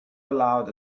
allowed